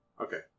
Okay